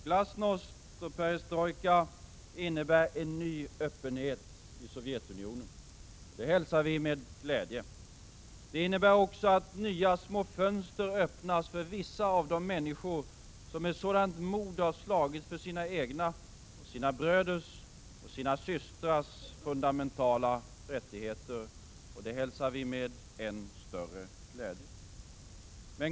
”Glasnost” och ”perestrojka” innebär en ny öppenhet i Sovjetunionen. Det hälsar vi med glädje. Det innebär också att nya små fönster öppnas för vissa av de människor som med sådant mod slagits för sina egna och sina bröders och systrars fundamentala rättigheter. Det hälsar vi med än större glädje.